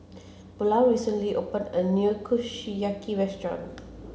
Paulo recently opened a new Kushiyaki Restaurant